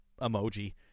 emoji